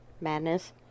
madness